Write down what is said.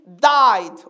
died